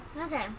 Okay